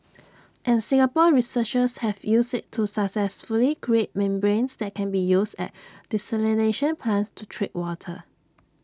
and Singapore researchers have used IT to successfully create membranes that can be used at desalination plants to treat water